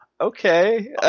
Okay